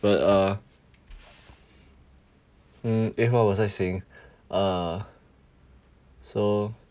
but uh mm eh what was I saying uh so